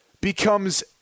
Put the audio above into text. becomes